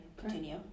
Continue